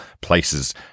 places